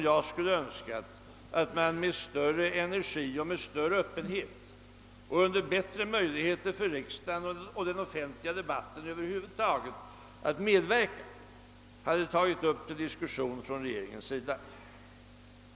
Jag skulle önskat att regeringen med större energi, med större öppenhet och under bättre möjligheter för riksdagen och den offentliga debatten över huvud taget att medverka hade tagit upp dessa stora problem.